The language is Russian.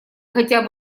хотя